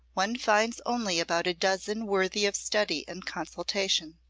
one finds only about a dozen worthy of study and consultation.